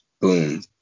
boom